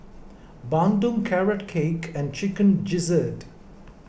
Bandung Carrot Cake and Chicken Gizzard